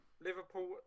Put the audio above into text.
Liverpool